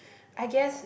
I guess